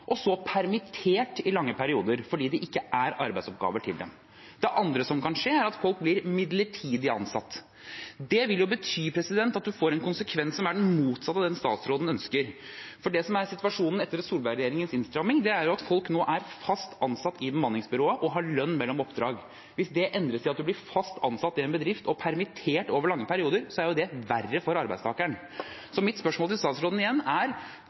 og så permittert i lange perioder fordi det ikke er arbeidsoppgaver til dem. Det andre som kan skje, er at folk blir midlertidig ansatt. Det vil jo bety at man får en konsekvens som er den motsatte av den statsråden ønsker. Det som er situasjonen etter Solberg-regjeringens innstramming, er at folk nå er fast ansatt i bemanningsbyrået og har lønn mellom oppdrag. Hvis det endres til at man blir fast ansatt i en bedrift og permittert over lange perioder, er jo det verre for arbeidstakeren. Så mitt spørsmål til statsråden er igjen: